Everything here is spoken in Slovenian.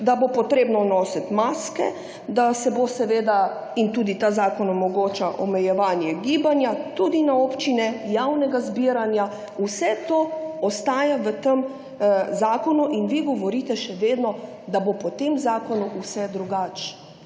da bo potrebno nositi maske, da bo seveda, in to tudi ta zakon omogoča, omejevanje gibanja tudi na občine, omejevanje javnega zbiranja, vse to ostaja v tem zakonu. In vi še vedno govorite, da bo po tem zakonu vse drugače.